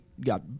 got